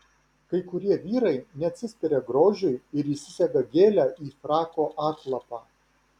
kai kurie vyrai neatsispiria grožiui ir įsisega gėlę į frako atlapą